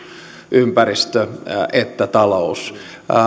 ympäristö että talous